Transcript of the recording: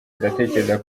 ndatekereza